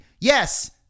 Yes